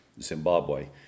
Zimbabwe